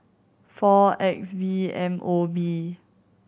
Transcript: four X V M O B